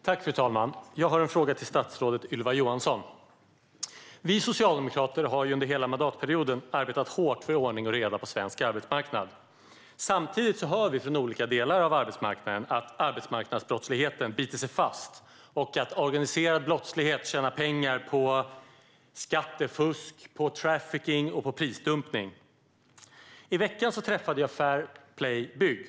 Fru talman! Jag har en fråga till statsrådet Ylva Johansson. Vi socialdemokrater har under hela mandatperioden arbetat hårt för ordning och reda på svensk arbetsmarknad. Vi hör dock från olika delar av arbetsmarknaden att arbetsmarknadsbrottsligheten biter sig fast och att organiserad brottslighet tjänar pengar på skattefusk, trafficking och prisdumpning. I veckan träffade jag representanter för Fair Play Bygg.